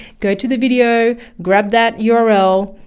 go to the video, grab that yeah url,